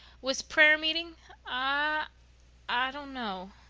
was prayer-meeting? i i don't know.